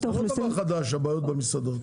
זה לא דבר חדש הבעיות במסעדות,